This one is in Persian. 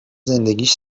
زندگیش